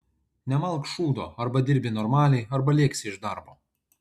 nemalk šūdo arba dirbi normaliai arba lėksi iš darbo